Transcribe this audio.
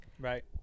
Right